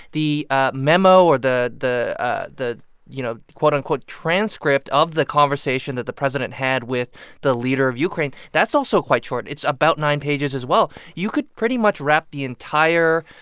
the memo or the the ah you know, quote-unquote, transcript of the conversation that the president had with the leader of ukraine that's also quite short. it's about nine pages as well. you could pretty much wrap the entire,